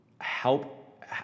help